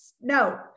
no